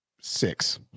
six